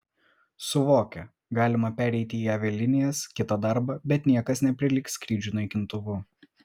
suvokia galima pereiti į avialinijas kitą darbą bet niekas neprilygs skrydžiui naikintuvu